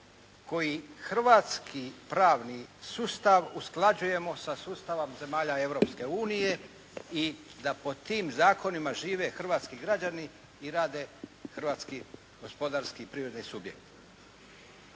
koji hrvatski pravni sustav usklađujemo sa sustavom zemalja Europske unije i da po tim zakonima žive hrvatski građani i rade hrvatski gospodarski i privredni subjekti.